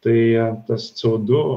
tai tas c o du